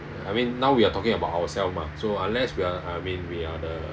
I mean now we are talking about ourselves mah so unless we are I mean we are the